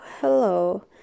hello